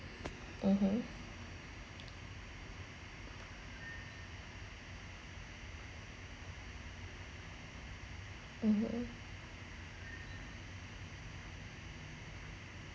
(uh huh) (uh huh)